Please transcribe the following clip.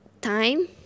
time